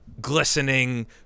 glistening